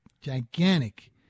gigantic